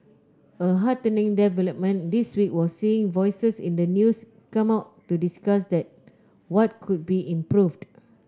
a heartening development this week was seeing voices in the news come out to discussed what could be improved